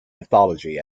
mythology